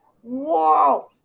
Whoa